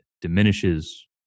diminishes